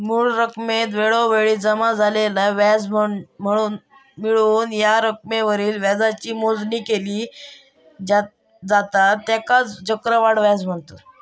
मूळ रकमेत वेळोवेळी जमा झालेला व्याज मिळवून या रकमेवरील व्याजाची मोजणी केली जाता त्येकाच चक्रवाढ व्याज म्हनतत